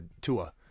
Tua